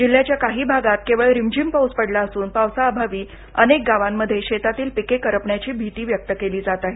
जिल्ह्याच्या काही भागात केवळ रिमझिम पाऊस पडला असून पावसाअभावी अनेक गावांमध्ये शेतातील पिके करपण्याची भीती व्यक्त केली जात आहे